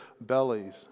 bellies